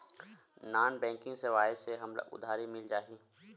Non banking सेवाएं से हमला उधारी मिल जाहि?